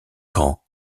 caen